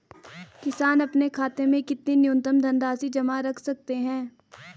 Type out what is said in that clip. किसान अपने खाते में कितनी न्यूनतम धनराशि जमा रख सकते हैं?